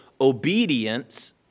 obedience